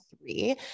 three